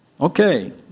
Okay